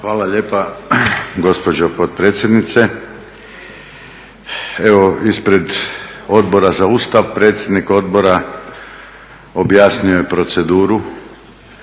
Hvala lijepa gospođo potpredsjednice. Evo ispred Odbora za Ustav predsjednik Odbora objasnio je proceduru.